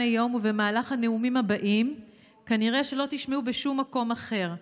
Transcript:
היום ובמהלך הנאומים הבאים כנראה שלא תשמעו בשום מקום אחר.